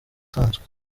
isanzwe